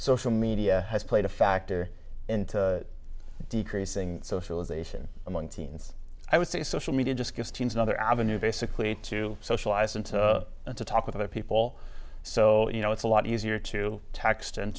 social media has played a factor into decreasing socialization among teens i would say social media just gives teens another avenue basically to socialize and to talk with other people so you know it's a lot easier to text and